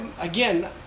Again